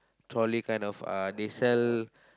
trolley kind of uh they sell